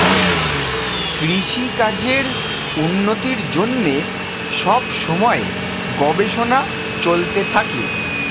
কৃষিকাজের উন্নতির জন্যে সব সময়ে গবেষণা চলতে থাকে